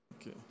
Okay